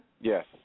Yes